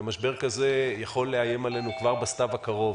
ומשבר כזה יכול לאיים עלינו כבר בסתיו הקרוב